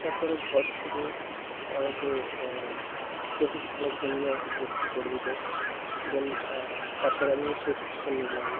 তারপরে ঘর থেকে আমাকে প্রশিক্ষণের জন্য ভর্তি করে দিলো দেন তারপর আমি প্রশিক্ষণ নিলাম